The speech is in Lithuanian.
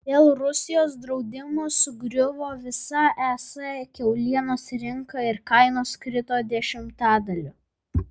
dėl rusijos draudimų sugriuvo visa es kiaulienos rinka ir kainos krito dešimtadaliu